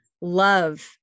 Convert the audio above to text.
love